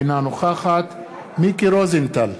אינה נוכחת מיקי רוזנטל,